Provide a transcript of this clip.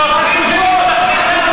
שוטרים,